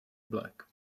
black